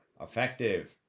effective